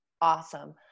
awesome